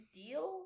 deal